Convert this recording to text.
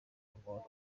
umuntu